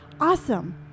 awesome